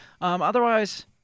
Otherwise